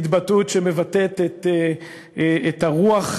התבטאות שמבטאת את הרוח,